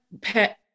pet